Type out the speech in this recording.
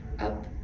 up